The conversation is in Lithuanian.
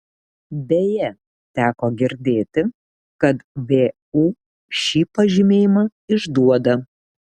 beje teko girdėti kad vu šį pažymėjimą išduoda